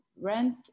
rent